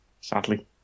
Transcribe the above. Sadly